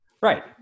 Right